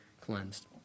cleansed